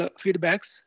feedbacks